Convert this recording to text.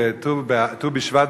בט"ו בשבט,